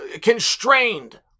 constrained